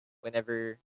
whenever